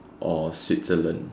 or Switzerland